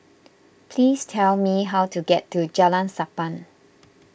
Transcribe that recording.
please tell me how to get to Jalan Sappan